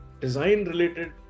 design-related